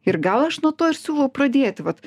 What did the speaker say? ir gal aš nuo to ir siūlau pradėti vat